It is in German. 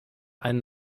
einen